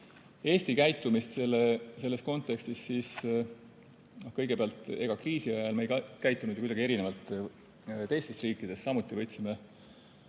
Eesti käitumist selles kontekstis, siis kõigepealt, ega kriisiajal me ei käitunud kuidagi erinevalt teistest riikidest. Ka Eesti